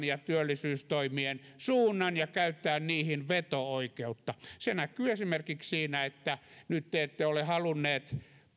ja työllisyystoimien suunnan ja käyttää niihin veto oikeutta se näkyy esimerkiksi siinä että nyt te ette ole halunneet